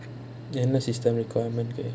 என்ன:enna system requirement